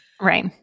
Right